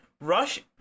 Rush